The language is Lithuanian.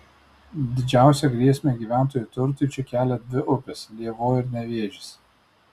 didžiausią grėsmę gyventojų turtui čia kelia dvi upės lėvuo ir nevėžis